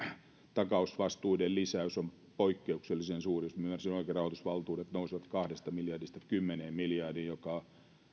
takausvastuiden lisäys on poikkeuksellisen suuri jos minä ymmärsin oikein rahoitusvaltuudet nousevat kahdesta miljardista kymmeneen miljardiin